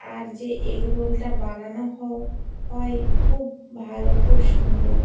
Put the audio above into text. আর যে এগরোলটা বানানো হয় খুব ভালো খুব সুন্দর